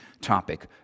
topic